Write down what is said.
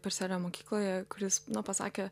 perselio mokykloje kuris nu pasakė